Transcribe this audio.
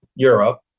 Europe